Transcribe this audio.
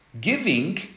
giving